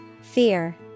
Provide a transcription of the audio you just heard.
Fear